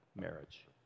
marriage